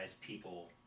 people